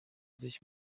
sich